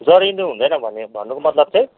जरिन्दो हुँदैन भने भन्नुको मतलब चाहिँ